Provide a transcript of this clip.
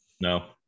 No